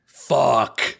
fuck